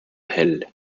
hell